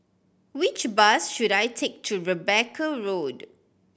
which bus should I take to Rebecca Road